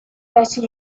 better